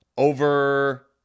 Over